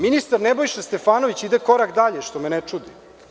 Ministar Nebojša Stefanović ide korak dalje, što me ne čudi.